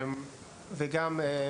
כמו במקומות מרוחקים,